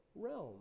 realm